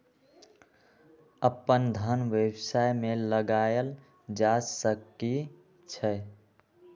अप्पन धन व्यवसाय में लगायल जा सकइ छइ